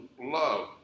love